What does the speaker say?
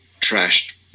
trashed